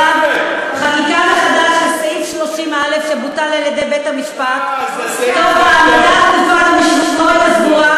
חברת הכנסת רגב, זה לא יפה מה שאת עושה.